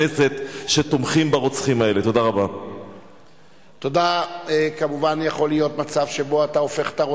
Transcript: ההסדרים הכרחיים לתפקודה התקין והשוטף של מערכת השיפוט